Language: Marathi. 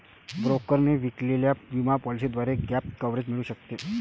ब्रोकरने विकलेल्या विमा पॉलिसीद्वारे गॅप कव्हरेज मिळू शकते